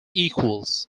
equals